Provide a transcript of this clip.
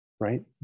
right